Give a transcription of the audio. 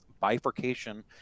bifurcation